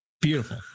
Beautiful